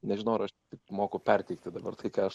nežinau ar aš moku perteikti dabar tai ką aš